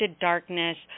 darkness